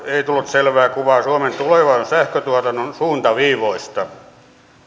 ei tullut selvää kuvaa suomen tulevaisuuden sähköntuotannon suuntaviivoista